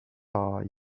are